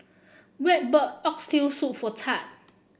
Webb bought Oxtail Soup for Thad